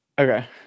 Okay